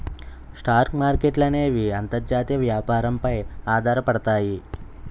stock మార్కెట్ల అనేవి అంతర్జాతీయ వ్యాపారం పై ఆధారపడతాయి